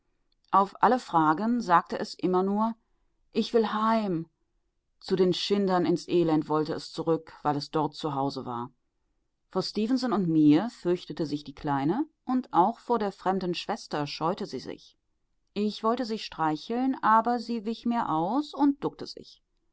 auf alle fragen sagte es immer nur ich will heim zu den schindern ins elend wollte es zurück weil es dort zu hause war vor stefenson und mir fürchtete sich die kleine und auch vor der fremden schwester scheute sie sich ich wollte sie streicheln aber sie wich mir aus und duckte sich